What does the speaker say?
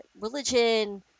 religion